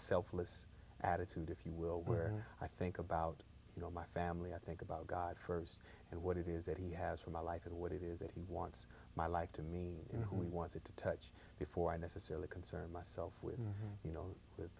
selfless attitude if you will where i think about you know my family i think about god first and what it is that he has for my life and what it is that he wants my life to me in who wants it to touch before i necessarily concern myself with you know